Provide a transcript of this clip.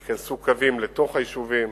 ייכנסו קווים לתוך היישובים,